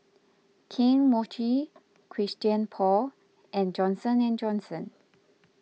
Kane Mochi Christian Paul and Johnson and Johnson